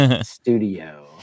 studio